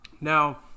Now